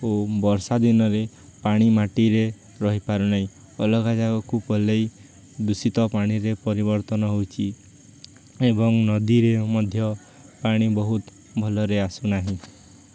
ଓ ବର୍ଷା ଦିନରେ ପାଣି ମାଟିରେ ରହିପାରୁନାହିଁ ଅଲଗା ଜାଗାକୁ ପଳାଇ ଦୂଷିତ ପାଣିରେ ପରିବର୍ତ୍ତନ ହେଉଛି ଏବଂ ନଦୀରେ ମଧ୍ୟ ପାଣି ବହୁତ ଭଲରେ ଆସୁନାହିଁ